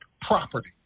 property